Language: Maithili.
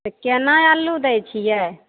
तऽ केना आलू दै छियै